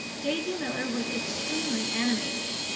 daisy miller was extremely animated,